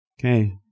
Okay